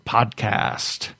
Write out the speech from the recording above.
Podcast